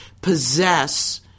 possess